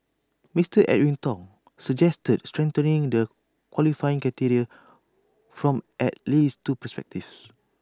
Mister Edwin Tong suggested strengthening the qualifying criteria from at least two perspectives